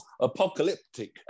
Apocalyptic